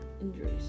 injuries